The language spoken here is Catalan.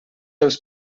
els